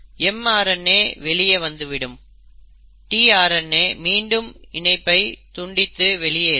mRNA வெளியே வந்து விடும் tRNA மீண்டும் இணைப்பை துண்டித்து வெளியேறும்